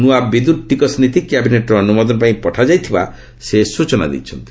ନଆ ବିଦ୍ୟୁତ୍ ଟିକସ ନୀତି କ୍ୟାବିନେଟ୍ର ଅନୁମୋଦନ ପାଇଁ ପଠାଯାଇଥିବା ସେ ସ୍ଟଚନା ଦେଇଛନ୍ତି